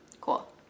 cool